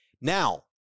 Now